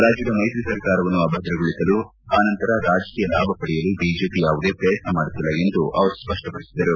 ರಾಜ್ಗದ ಮೈತ್ರಿ ಸರ್ಕಾರವನ್ನು ಅಭದ್ರಗೊಳಿಸಲು ಆ ನಂತರ ರಾಜಕೀಯ ಲಾಭ ಪಡೆಯಲು ಬಿಜೆಪಿ ಯಾವುದೇ ಪ್ರಯತ್ನ ಮಾಡುತ್ತಿಲ್ಲ ಎಂದು ಅವರು ಸ್ಪಷ್ಟಪಡಿಸಿದರು